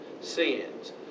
sins